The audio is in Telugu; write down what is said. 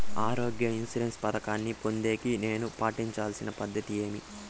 ఆరోగ్య ఇన్సూరెన్సు పథకాన్ని పొందేకి నేను పాటించాల్సిన పద్ధతి ఏమి?